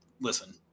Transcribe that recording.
listen